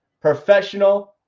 professional